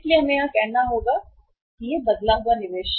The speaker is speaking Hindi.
इसलिए हमें यह कहना होगा कि बदले हुए निवेश